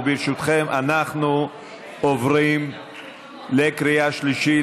ברשותכם, אנחנו עוברים לקריאה שלישית.